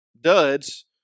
duds